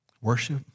Worship